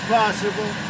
possible